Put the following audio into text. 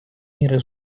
мира